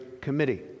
Committee